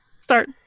Start